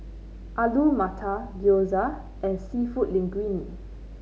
Alu Matar Gyoza and seafood Linguine